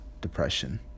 depression